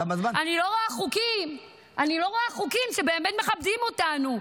-- אני לא רואה חוקים שבאמת מכבדים אותנו.